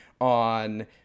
on